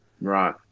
Right